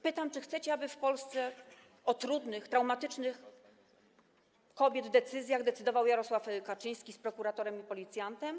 Pytam, czy chcecie, aby w Polsce o trudnych, traumatycznych decyzjach kobiet decydował Jarosław Kaczyński z prokuratorem i policjantem.